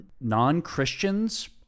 non-Christians